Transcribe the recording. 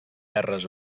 terres